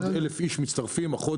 עוד אלף איש מצטרפים החודש.